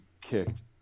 kicked